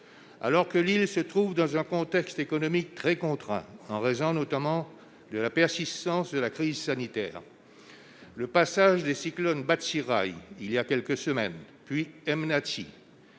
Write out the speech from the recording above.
alors que Lille se trouve dans un contexte économique très contre, en raison notamment de la persistance de la crise sanitaire, le passage du cyclone Batsirai il y a quelques semaines, puis M.